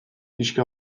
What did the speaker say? pixka